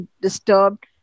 disturbed